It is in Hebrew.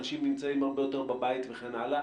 אנשים נמצאים הרבה יותר בבית וכן הלאה.